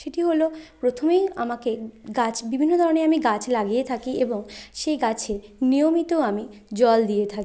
সেটি হলো প্রথমেই আমাকে গাছ বিভিন্ন ধরনের আমি গাছ লাগিয়ে থাকি এবং সেই গাছে নিয়মিত আমি জল দিয়ে থাকি